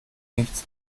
nichts